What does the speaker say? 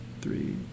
three